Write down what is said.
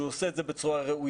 שהוא עושה את זה בצורה ראויה,